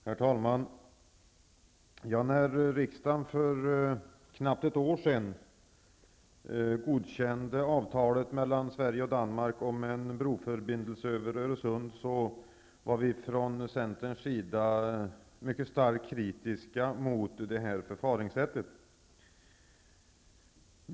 Herr talman! När riksdagen för knappt ett år sedan godkände avtalet mellan Sverige och Danmark om en broförbindelse över Öresund, var vi från Centerns sida starkt kritiska mot förfaringssättet.